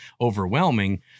overwhelming